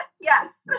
Yes